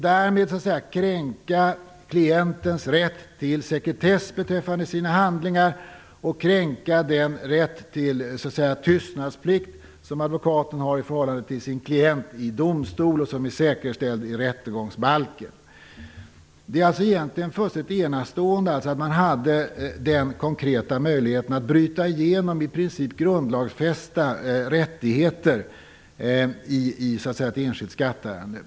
Därmed kränktes klientens rätt sekretess beträffande handlingar och den rätt till tystnadsplikt som en advokat har i förhållande till sin klient i domstol och som är säkerställd i rättegångsbalken. Det är egentligen fullständigt enastående att man hade den konkreta möjligheten att bryta igenom i princip grundlagsfästa rättigheter i ett enskilt skatteärende.